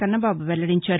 కన్నబాబు వెల్లడించారు